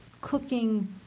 cooking